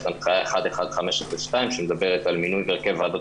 יש את הנחייה 1.1502 שמדברת על מינוי והרכב ועדות